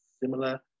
similar